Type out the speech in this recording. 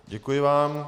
Děkuji vám.